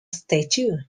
statue